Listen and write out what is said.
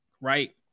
right